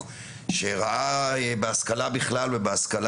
אני אומר שצריך להעלות למכללות שעוסקות